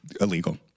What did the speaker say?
illegal